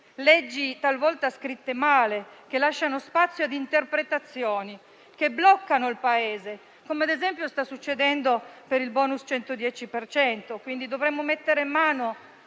leggi talvolta scritte male che lasciano spazio ad interpretazioni, che bloccano il Paese, come ad esempio sta succedendo per il *superbonus* 110 per cento. Dovremmo mettere mano